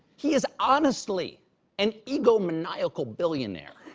he is honestly an egomaniacal billionaire.